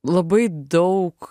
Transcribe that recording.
labai daug